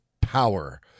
power